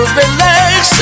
relax